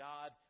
God